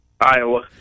Iowa